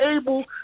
able